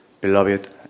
Beloved